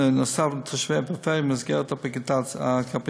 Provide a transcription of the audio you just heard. נוסף לתושבי הפריפריה במסגרת הקפיטציה.